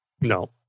No